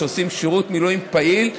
שעושים שירות מילואים פעיל,